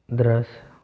दृश्य